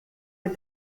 les